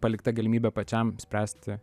palikta galimybė pačiam spręsti